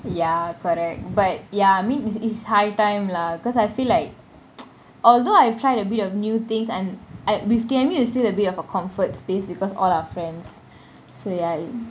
ya correct but ya I mean it is high time lah because I feel like although I have tried a bit of new things and I with T_M_U is still a bit of a comfort space because all our friends so ya